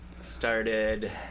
started